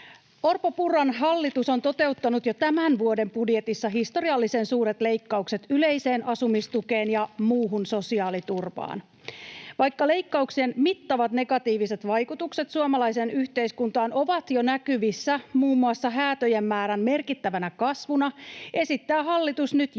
Orpon—Purran hallitus on toteuttanut jo tämän vuoden budjetissa historiallisen suuret leikkaukset yleiseen asumistukeen ja muuhun sosiaaliturvaan. Vaikka leikkauksien mittavat negatiiviset vaikutukset suomalaiseen yhteiskuntaan ovat jo näkyvissä muun muassa häätöjen määrän merkittävänä kasvuna, esittää hallitus nyt jälleen